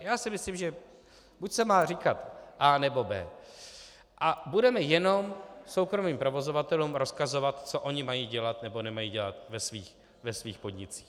Já si myslím, že buď se má říkat A, nebo B. A budeme jenom soukromým provozovatelům rozkazovat, co oni mají dělat nebo nemají dělat ve svých podnicích.